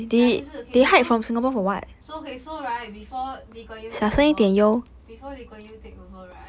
ya 就是 okay they so so okay so right before lee kuan yew take over before lee kuan yew take over right